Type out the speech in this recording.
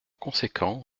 conséquent